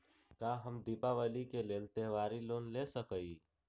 का हम दीपावली के लेल त्योहारी लोन ले सकई?